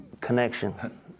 Connection